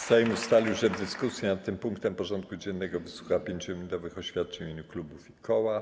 Sejm ustalił, że w dyskusji nad tym punktem porządku dziennego wysłucha 5-minutowych oświadczeń w imieniu klubów i koła.